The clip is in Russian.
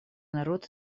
народ